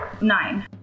nine